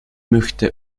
möchte